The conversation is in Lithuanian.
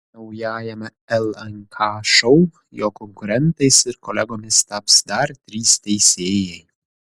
naujajame lnk šou jo konkurentais ir kolegomis taps dar trys teisėjai